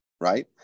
right